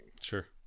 sure